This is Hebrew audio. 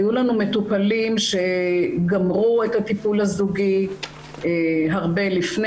היו לנו מטופלים שגמרו את הטיפול הזוגי הרבה לפני